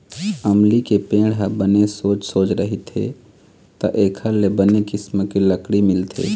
अमली के पेड़ ह बने सोझ सोझ रहिथे त एखर ले बने किसम के लकड़ी मिलथे